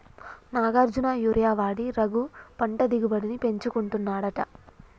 Nagarjuna urea వాడి రఘు పంట దిగుబడిని పెంచుకున్నాడట